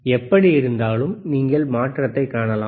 எப்படியிருந்தாலும் நீங்கள் மாற்றத்தைக் காணலாம்